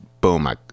boom